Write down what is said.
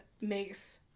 makes